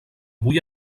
avui